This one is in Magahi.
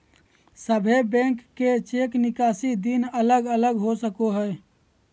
सभे बैंक के चेक निकासी दिन अलग अलग समय हो सको हय